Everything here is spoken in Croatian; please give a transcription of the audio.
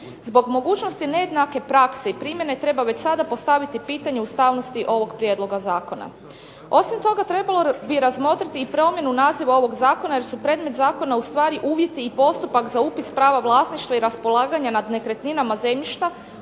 Zbog mogućnosti nejednake prakse i primjene treba već sada postaviti pitanje ustavnosti ovog prijedloga zakona. Osim toga trebalo bi razmotriti i promjenu naziva ovog zakona jer su predmet zakona ustvari uvjeti i postupak za upis prava vlasništva i raspolaganje nad nekretninama zemljišta